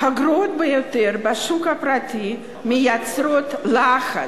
הגרועות ביותר בשוק הפרטי, מייצרות לחץ,